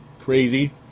crazy